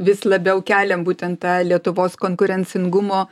vis labiau keliam būtent tą lietuvos konkurencingumo